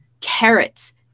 carrots